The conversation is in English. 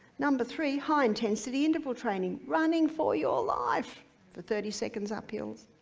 number three, high intensity interval training, running for your life for thirty seconds up hills,